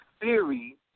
theory